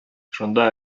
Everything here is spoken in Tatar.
шунда